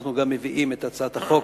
אנחנו גם מביאים את הצעת החוק